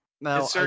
now